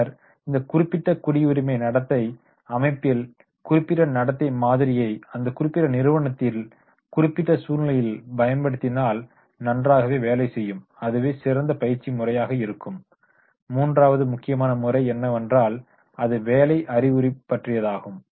பின்னர் இந்த குறிப்பிட்ட குடியுரிமை நடத்தை அமைப்பில் குறிப்பிட்ட நடத்தை மாதிரியை அந்த குறிப்பிட்ட நிறுவனத்தில் குறிப்பிட்ட சூழ்நிலையில் பயன்படுத்தினால் நன்றாக வேலை செய்யும் அதுவே சிறந்த பயிற்சி முறையாக இருக்கும் மூன்றாவது முக்கியமான முறை என்னவென்றால் அது பணி அறிவுப்பற்றியதாகும்